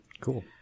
Cool